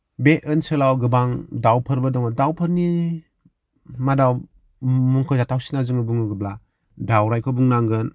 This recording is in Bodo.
बे ओनसोलाव गोबां दाउफोरबो दङ दाउफोरनि मादाव मुंख'जाथाव सिना जों बुङोब्ला दावराइखौ बुंनांगोन